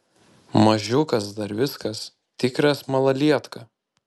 mažiukas dar viskas tikras malalietka